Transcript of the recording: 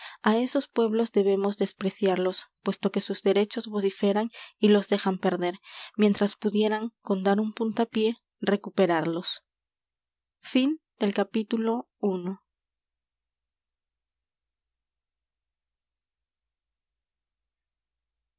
a esos pueblos debemos despreciarlos puesto que sus derechos vociferan y los dejan perder mientras pudieran con dar un puntapié recuperarlos